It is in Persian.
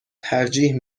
ترجیح